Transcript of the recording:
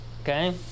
Okay